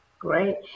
Great